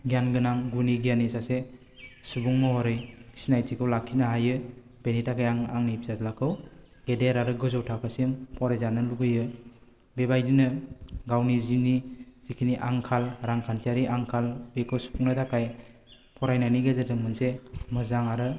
गियान गोनां गुनि गियानि सासे सुबुं महरै सिनायथिखौ लाखिनो हायो बेनि थाखाय आं आंनि फिसाज्लाखौ गेदेर आरो गोजौ थाखोसिम फराय जानो लुगैयो बे बायदिनो गावनि जिउनि जिखिनि आंखाल रांखान्थियारि आंखाल बेखौ सुफुंनो थाखाय फरायनायनि गेजेरजों मोनसे मोजां आरो